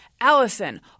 Allison